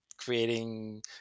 creating